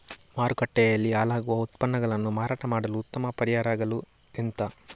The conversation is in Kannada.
ಮಾರುಕಟ್ಟೆಯಲ್ಲಿ ಹಾಳಾಗುವ ಉತ್ಪನ್ನಗಳನ್ನು ಮಾರಾಟ ಮಾಡಲು ಉತ್ತಮ ಪರಿಹಾರಗಳು ಎಂತ?